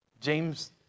James